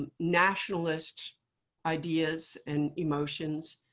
nationalist ideas and emotions,